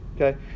Okay